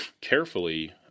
carefully